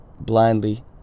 Blindly